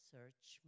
Search